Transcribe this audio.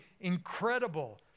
incredible